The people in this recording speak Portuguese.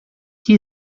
que